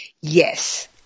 Yes